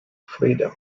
freedom